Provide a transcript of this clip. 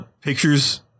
pictures